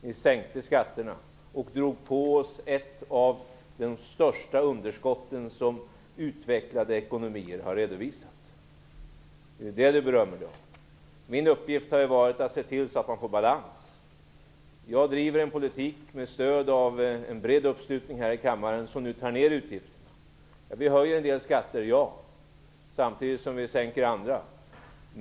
Ni sänkte skatterna och drog på oss ett av de största underskott som redovisats bland utvecklade ekonomier. Det är det Per Unckel berömmer sig av. Min uppgift har varit att se till så att det blir balans. Jag driver en politik, med en bred uppslutning här i kammaren, som tar ner utgifterna. Vi höjer en del skatter, ja. Men samtidigt sänker vi andra.